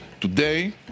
Today